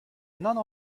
none